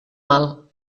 mal